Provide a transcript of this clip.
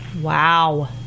Wow